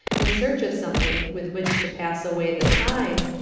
in search of something with which to pass away the time,